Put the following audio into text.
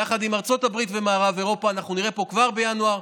יחד עם ארצות הברית ומערב אירופה אנחנו נראה פה כבר בינואר,